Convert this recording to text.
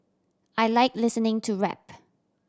I like listening to rap